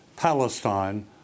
Palestine